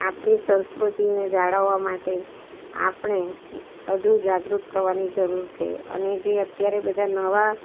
આપણી સંસ્કૃતિને જાળવવા માટે આપણે હજુ જાગૃત થવાની જરૂર છે અને જે અત્યારે બધા નવા